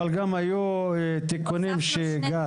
אבל היו תיקונים, גל.